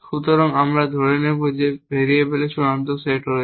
সুতরাং আমরা ধরে নেব যে ভেরিয়েবলের চূড়ান্ত সেট রয়েছে